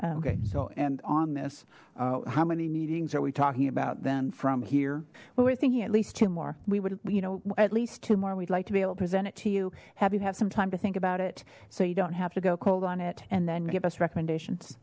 so and on this how many meetings are we talking about then from here well we're thinking at least two more we would you know at least two more we'd like to be able to present it to you have you have some time to think about it so you don't have to go cold on it and then give us recommendations